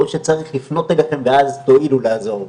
או שצריך לפנות אליכם ואז תואילו לעזור?